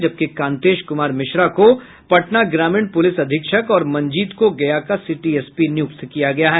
जबकि कांतेश कुमार मिश्रा को पटना ग्रामीण पुलिस अधीक्षक और मंजीत को गया का सिटी एसपी नियुक्त किया गया है